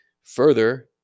Further